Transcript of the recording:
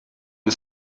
you